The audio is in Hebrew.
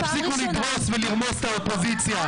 תפסיקו לרמוס ולדרוס את האופוזיציה.